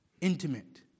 intimate